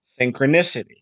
synchronicity